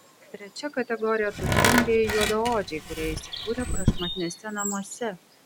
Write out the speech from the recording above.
trečia kategorija turtingieji juodaodžiai kurie įsikūrę prašmatniuose namuose